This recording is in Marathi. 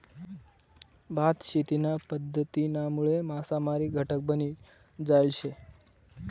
भात शेतीना पध्दतीनामुळे मासामारी घटक बनी जायल शे